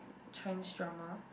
Chinese drama